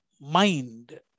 Mind